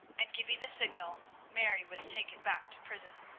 and, giving the signal, mary was taken back to prison.